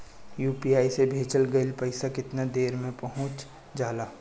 UPI से भेजल गईल पईसा कितना देर में पहुंच जाला?